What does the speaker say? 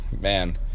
man